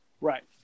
Right